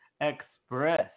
Express